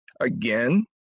again –